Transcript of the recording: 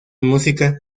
música